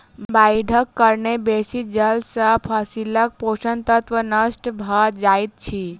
बाइढ़क कारणेँ बेसी जल सॅ फसीलक पोषक तत्व नष्ट भअ जाइत अछि